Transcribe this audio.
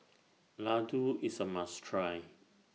Laddu IS A must Try